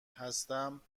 هستم